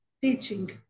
teaching